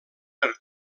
per